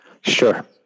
Sure